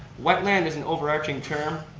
wetland is an overarching term,